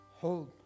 hold